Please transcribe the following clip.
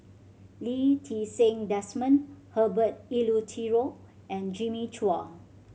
Lee Ti Seng Desmond Herbert Eleuterio and Jimmy Chua